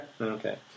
Okay